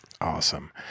Awesome